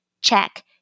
check